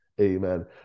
Amen